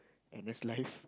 N_S life